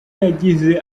yagize